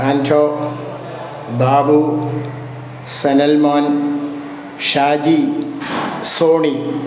Anto Babu Sanal Mon Shaji Sony